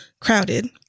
crowded